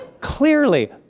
clearly